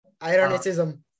ironicism